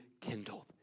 kindled